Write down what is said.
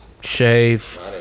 shave